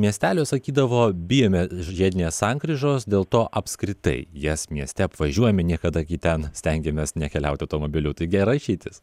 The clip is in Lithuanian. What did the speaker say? miestelių sakydavo bijome žiedinės sankryžos dėl to apskritai jas mieste apvažiuojam niekada gi ten stengiamės nekeliauti automobiliu tai gera išeitis